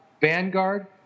Vanguard